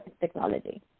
Technology